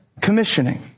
commissioning